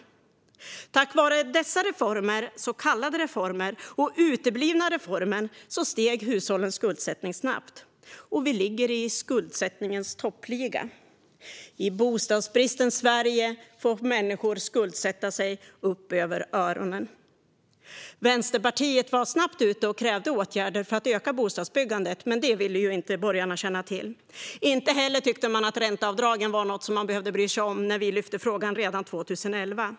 Tack vare dessa så kallade reformer och uteblivna reformer steg hushållens skuldsättning snabbt, och vi ligger i skuldsättningens toppliga. I bostadsbristens Sverige får människor skuldsätta sig upp över öronen. Vänsterpartiet var snabbt ute och krävde åtgärder för att öka bostadsbyggandet, men detta ville borgarna inte kännas vid. Inte heller tyckte man att ränteavdragen var något som man behövde bry sig om när vi lyfte upp frågan redan 2011.